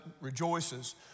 rejoices